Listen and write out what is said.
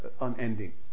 unending